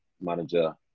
manager